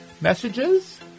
messages